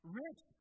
rich